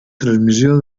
transmissió